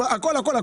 הכול,